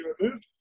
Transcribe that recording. removed